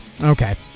Okay